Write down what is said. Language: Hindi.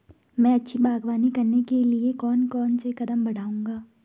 मैं अच्छी बागवानी करने के लिए कौन कौन से कदम बढ़ाऊंगा?